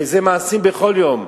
זה מעשים בכל יום.